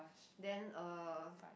then uh